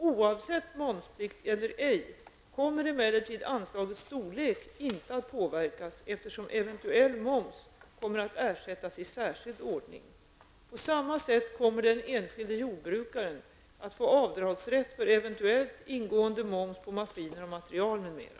Oavsett momsplikt eller ej kommer emellertid anslagets storlek inte att påverkas eftersom eventuell moms kommer att ersättas i särskild ordning. På samma sätt kommer den enskilde jordbrukaren att få avdragsrätt för eventuell ingående moms på maskiner och material m.m.